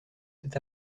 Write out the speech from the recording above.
cet